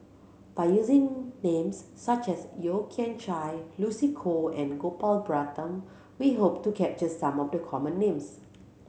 by using names such as Yeo Kian Chye Lucy Koh and Gopal Baratham we hope to capture some of the common names